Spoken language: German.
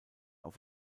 auf